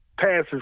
passes